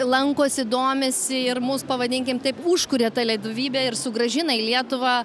lankosi domisi ir mus pavadinkim taip užkuria tą lietuvybę ir sugrąžina į lietuvą